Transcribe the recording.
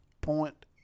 point